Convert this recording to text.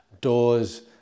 doors